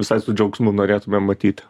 visai su džiaugsmu norėtume matyti